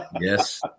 Yes